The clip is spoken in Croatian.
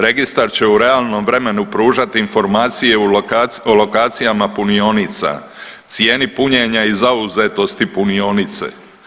Registar će u realnom vremenu pružati informacije o lokacijama punionica, cijeni punjenja i zauzetosti punionice.